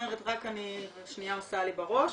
רק אני שניה עושה לי בראש,